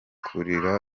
kurira